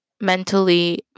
mentally